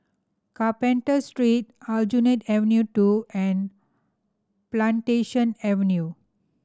Carpenter Street Aljunied Avenue Two and Plantation Avenue